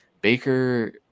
Baker